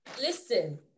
Listen